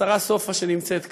השרה סופה, שנמצאת כאן,